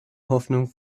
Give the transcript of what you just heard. hoffnung